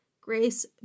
grace